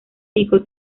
pico